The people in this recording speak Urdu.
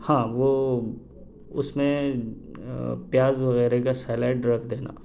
ہاں وہ وہ اس میں پیاز وغیرہ کا سلاڈ رکھ دینا